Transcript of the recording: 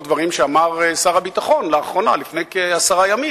דברים שאמר שר הביטחון לפני כעשרה ימים.